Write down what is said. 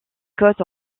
cotes